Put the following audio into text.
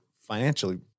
financially